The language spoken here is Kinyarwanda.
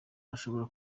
ashobora